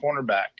cornerback